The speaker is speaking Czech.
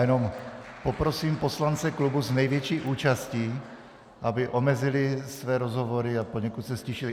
Jenom poprosím poslance klubu s největší účastí, aby omezili své rozhovory a poněkud se ztišili.